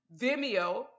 Vimeo